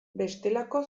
bestelako